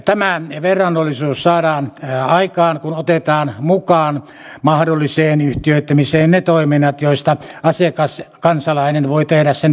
tämä verrannollisuus saadaan aikaan kun otetaan mukaan mahdolliseen yhtiöittämiseen ne toiminnat joista asiakas kansalainen voi tehdä sen todellisen valinnan